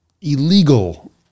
illegal